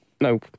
No